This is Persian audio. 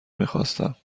میخواستم